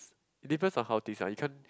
depends on how things are you can't